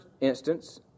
instance